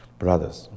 brothers